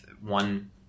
one